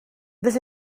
this